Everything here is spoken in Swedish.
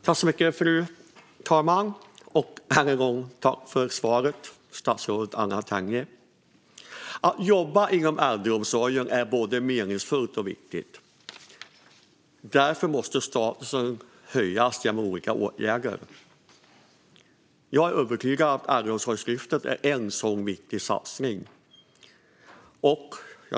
Fru talman! Än en gång tackar jag statsrådet Anna Tenje för svaret. Att jobba inom äldreomsorgen är både meningsfullt och viktigt. Därför måste statusen höjas genom olika åtgärder. Jag är övertygad om att Äldreomsorgslyftet är en sådan viktig satsning.